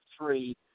three